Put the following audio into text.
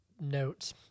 note